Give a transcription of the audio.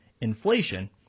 inflation